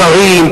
שרים,